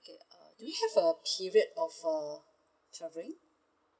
okay uh do you have a period of uh traveling